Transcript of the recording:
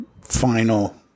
final